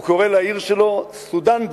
הוא קורא לעיר שלו סודן-ביץ'.